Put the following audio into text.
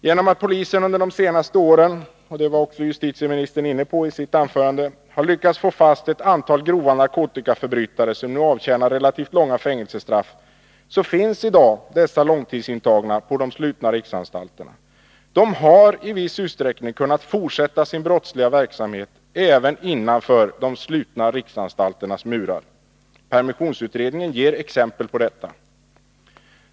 Genom att polisen under de senaste åren — och det var också justitieministern inne på i sitt anförande — har lyckats få fast ett antal grova narkotikaförbrytare, som nu avtjänar relativt långa fängelsestraff, finns i dag dessa långtidsintagna på de slutna riksanstalterna. De har i viss utsträckning kunnat fortsätta sin brottsliga verksamhet även innanför de slutna riksanstalternas murar. Permissionsutredningen ger exempel på detta.